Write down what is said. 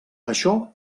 això